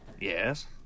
Yes